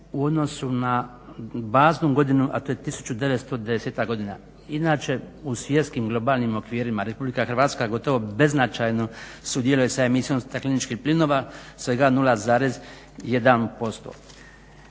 u odnosu na baznu godinu, a to je 1910. godina. Inače u svjetskim globalnim okvirima RH gotovo beznačajno sudjeluje sa emisijom stakleničkih plinova svega 0,1%.